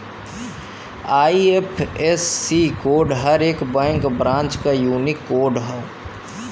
IFSC code हर एक bank branch क यूनिक कोड हौ